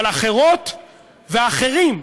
אבל אחרות ואחרים,